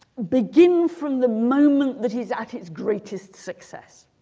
begin from the moment that he's at its greatest success